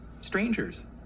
strangers